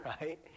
right